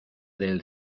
del